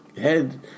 head